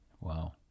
Wow